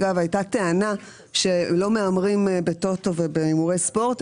הייתה טענה שלא מהמרים בטוטו ובהימורי ספורט,